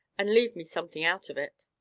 and leave me something out of it,